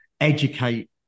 educate